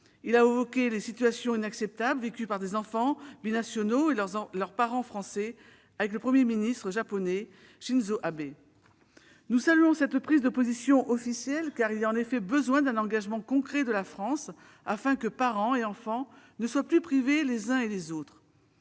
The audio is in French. Il a évoqué les « situations inacceptables » vécues par des enfants binationaux et leur parent français avec le Premier ministre japonais, Shinzo Abe. Nous saluons cette prise de position officielle, car le besoin concret de la France se fait sentir, afin que parents et enfants ne soient plus privés les uns des autres.